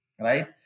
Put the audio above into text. right